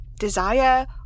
desire